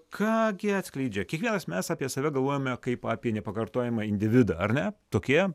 ką gi atskleidžia kiekvienas mes apie save galvojame kaip apie nepakartojamą individą ar ne tokie